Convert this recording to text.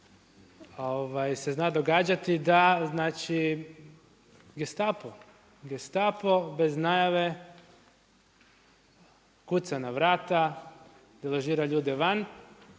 se zna događati da, Gestapo, Gestapo bez najave kuca na vrata, deložira ljude van.